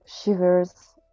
shivers